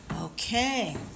Okay